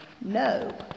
No